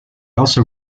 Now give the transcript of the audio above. also